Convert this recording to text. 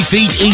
Feet